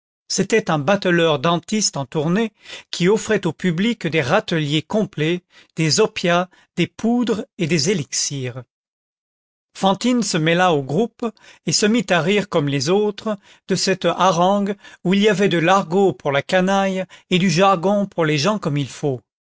c'était un bateleur dentiste en tournée qui offrait au public des râteliers complets des opiats des poudres et des élixirs fantine se mêla au groupe et se mit à rire comme les autres de cette harangue où il y avait de l'argot pour la canaille et du jargon pour les gens comme il faut